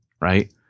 Right